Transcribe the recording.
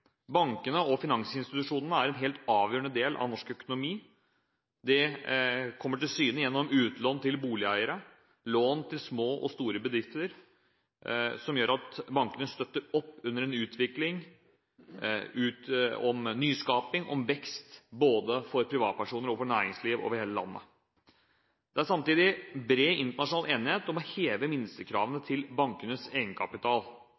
Bankene og finansinstitusjonene er en helt avgjørende del av norsk økonomi. Gjennom utlån til boligeiere, og lån til små og store bedrifter støtter bankene opp under utvikling, nyskaping og vekst både for privatpersoner og næringsliv over hele landet. Det er samtidig bred internasjonal enighet om å heve minstekravene til bankenes egenkapital.